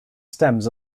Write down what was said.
stems